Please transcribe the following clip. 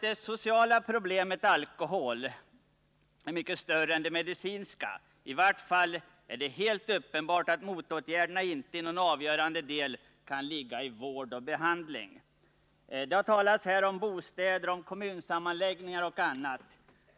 Det sociala problemet alkohol är mycket större än det medicinska, i varje fall är det helt uppenbart att motåtgärderna inte i någon avgörande del kan ligga i vård och behandling. Man har talat här om bostäder och kommunsammanslagningar som en del av orsakerna till alkoholism.